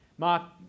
Mark